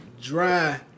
dry